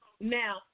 Now